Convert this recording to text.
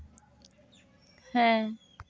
ᱦᱮᱸ